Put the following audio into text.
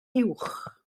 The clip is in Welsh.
uwch